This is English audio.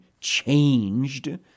changed